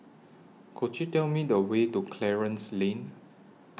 Could YOU Tell Me The Way to Clarence Lane